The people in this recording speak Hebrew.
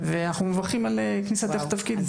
ואנחנו מברכים על כניסתך לתפקיד.